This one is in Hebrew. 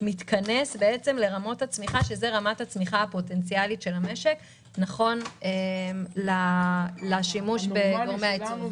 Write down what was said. מתכנס לרמות הצמיחה הפוטנציאלית של המשק נכון לשימוש בגורמי הייצור.